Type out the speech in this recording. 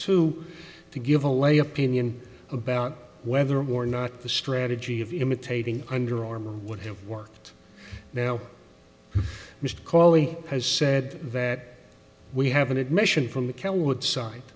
two to give away opinion about whether or not the strategy of imitating underarm would have worked now mr callie has said that we have an admission from the